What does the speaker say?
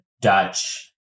Dutch